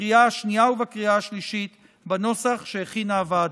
בקריאה השנייה ובקריאה השלישית בנוסח שהכינה הוועדה.